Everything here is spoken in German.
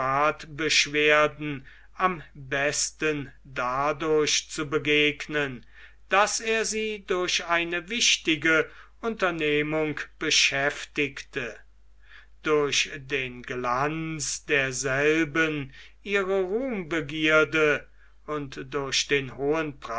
privatbeschwerden am besten dadurch zu begegnen daß er sie durch eine wichtige unternehmung beschäftigte durch den glanz derselben ihre ruhmbegierde und durch den hohen